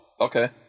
Okay